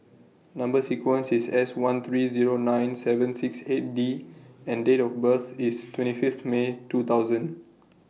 Number sequence IS S one three Zero nine seven six eight D and Date of birth IS twenty Fifth May two thousand